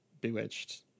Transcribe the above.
Bewitched